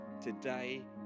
Today